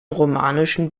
romanischen